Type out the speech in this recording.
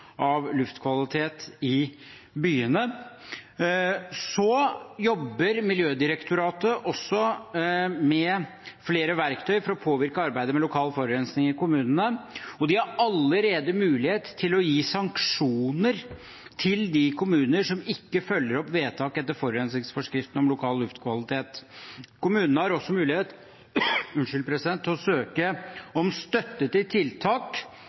i byene. Miljødirektoratet jobber også med flere verktøy for å påvirke arbeidet med lokal forurensning i kommunene, og de har allerede mulighet til å gi sanksjoner til de kommunene som ikke følger opp vedtak etter forurensningsforskriften om lokal luftkvalitet. Kommunene har også mulighet til å søke om støtte til tiltak,